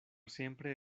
siempre